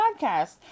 podcast